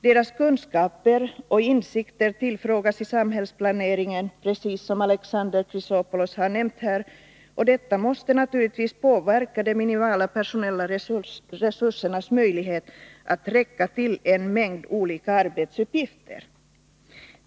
Vid samhällsplaneringen tar man till vara deras kunskaper och insikter, precis som Alexander Chrisopoulos har nämnt här. Detta måste naturligtvis påverka de minimala, personella resursernas möjlighet att räcka till en mängd olika arbetsuppgifter.